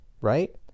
right